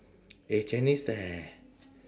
eh chinese leh